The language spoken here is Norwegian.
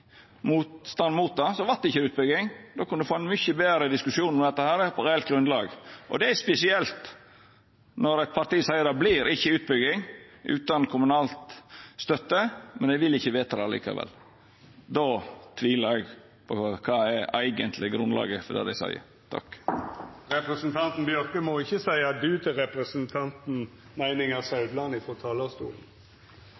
mot det, vart det ikkje utbygging. Då kunne ein ha fått ein mykje betre diskusjon om dette, på eit reelt grunnlag. Det er spesielt når eit parti seier at det ikkje vert utbygging utan kommunal støtte, men ikkje vil vedta det likevel. Då vert eg usikker på kva som eigentleg er grunnlaget for det dei seier. Representanten Nils T. Bjørke må ikkje seia «du» til representanten Gisle Meininger